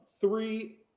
three